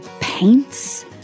paints